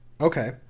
okay